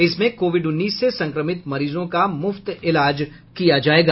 इसमें कोविड उन्नीस से संक्रमित मरीजों का मुफ्त इलाज किया जायेगा